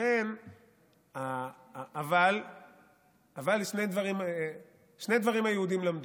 אבל שני דברים היהודים למדו: